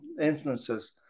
instances